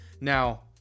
Now